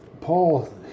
Paul